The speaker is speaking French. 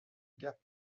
gap